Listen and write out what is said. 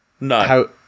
No